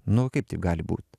nu kaip taip gali būt